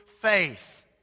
faith